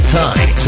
time